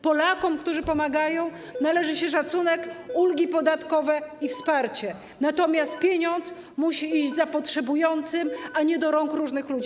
Polakom, którzy pomagają, należą się szacunek, ulgi podatkowe i wsparcie, natomiast pieniądz musi iść za potrzebującym, a nie do rąk różnych ludzi.